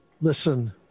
listen